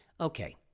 Okay